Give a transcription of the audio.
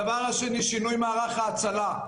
הדבר השני שינוי מערך ההצלה.